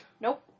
Nope